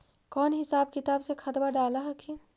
कौन हिसाब किताब से खदबा डाल हखिन?